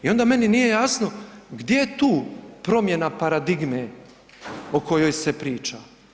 I onda meni nije jasno gdje je tu promjena paradigme o kojoj se priča?